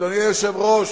אדוני היושב-ראש,